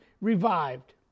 revived